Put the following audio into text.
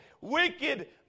wicked